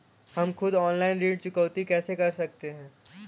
हम खुद ऑनलाइन ऋण चुकौती कैसे कर सकते हैं?